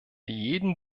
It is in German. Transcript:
jeden